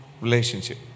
relationship